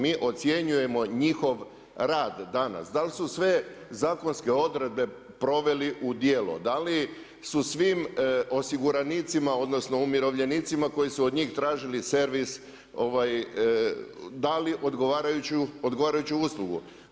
Mi ocjenjujemo njihov rad danas, da li su sve zakonske odredbe proveli u djelo, da li su svim osiguranicima odnosno umirovljenicima koji su od njih tražili servis, dali odgovarajuću uslugu.